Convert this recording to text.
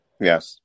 Yes